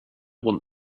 want